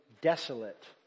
desolate